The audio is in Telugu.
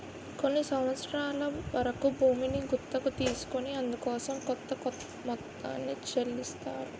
కొన్ని సంవత్సరాల వరకు భూమిని గుత్తకు తీసుకొని అందుకోసం కొంత మొత్తాన్ని చెల్లిస్తారు